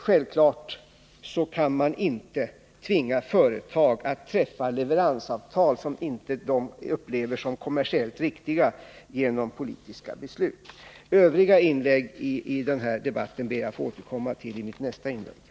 Självfallet kan vi inte genom politiska beslut tvinga företag att träffa leveransavtal som de inte upplever som kommersiellt riktiga. Övriga anföranden i denna debatt ber jag att få återkomma till i mitt nästa inlägg.